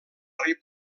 rei